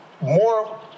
more